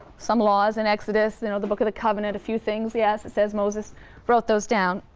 some laws in exodus, you know, the book of the covenant, a few things yes, it says moses wrote those down,